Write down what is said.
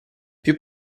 più